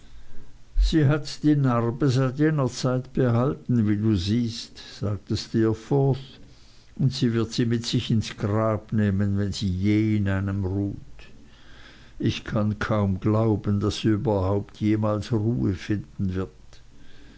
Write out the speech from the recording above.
sie hat die narbe seit jener zeit behalten wie du siehst sagte steerforth und wird sie mit sich ins grab nehmen wenn sie je in einem ruht ich kann kaum glauben daß sie überhaupt jemals ruhe finden wird